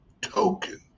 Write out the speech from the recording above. token